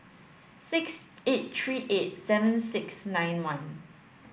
six eight three eight seven six nine one